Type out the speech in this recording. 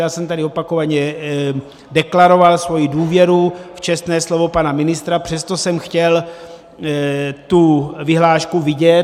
Já jsem tady opakovaně deklaroval svoji důvěru v čestné slovo pana ministra, přesto jsem chtěl vyhlášku vidět.